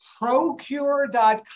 Procure.com